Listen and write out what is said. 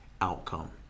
outcome